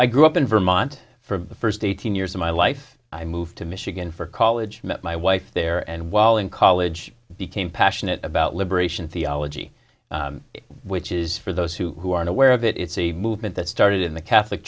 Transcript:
i grew up in vermont for the first eighteen years of my life i moved to michigan for college met my wife there and while in college became passionate about liberation theology which is for those who aren't aware of it it's a movement that started in the catholic